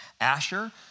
Asher